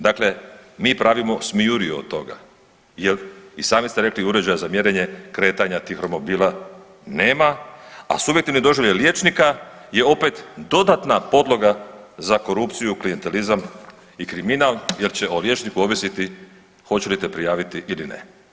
Dakle, mi pravimo smijuriju od toga jer i sami ste rekli uređaja za mjerenje kretanja tih romobila nema, a subjektivni doživljaj liječnika je opet dodatna podloga za korupciju, klijentelizam i kriminal jer će o liječniku ovisiti hoće li te prijaviti ili ne.